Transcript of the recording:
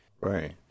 Right